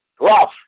rough